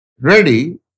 ready